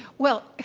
well,